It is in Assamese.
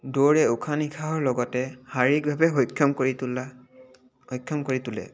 দৌৰে উশাহ নিশাহৰ লগতে শাৰীৰিকভাৱে সক্ষম কৰি তোলা সক্ষম কৰি তোলে